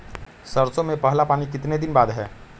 सरसों में पहला पानी कितने दिन बाद है?